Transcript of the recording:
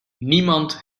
niemand